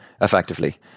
effectively